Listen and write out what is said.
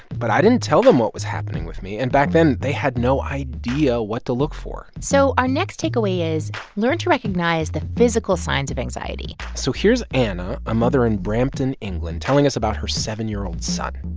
but i didn't tell them what was happening with me. and back then they had no idea what to look for so our next takeaway is learn to recognize the physical signs of anxiety so here's anna, a mother in brampton, england, telling us about her seven year old son